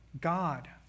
God